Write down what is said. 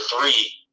three